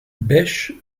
bêche